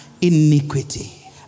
iniquity